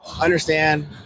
understand